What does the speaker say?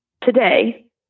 today